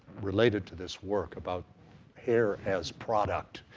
related to this work about hair as product,